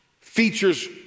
features